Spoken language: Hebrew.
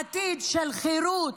עתיד של חירות,